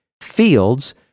fields